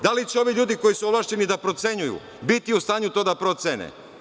Da li će ovi ljudi koji su ovlašćeni da procenjuju biti u stanju to da procene?